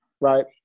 right